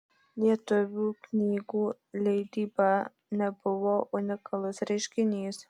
lietuvių knygų leidyba nebuvo unikalus reiškinys